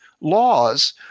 laws